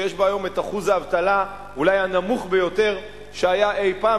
שיש בה היום אחוז האבטלה אולי הנמוך ביותר שהיה אי-פעם.